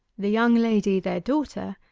the young lady, their daughter,